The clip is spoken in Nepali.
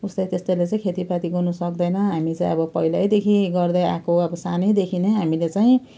उस्तै त्यस्तैले चाहिँ खेतीपाती गर्नुसक्दैन हामी चाहिँ अब पहिल्यैदेखि गर्दैआएको अब सानोदेखि नै हामीले चाहिँ